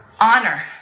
Honor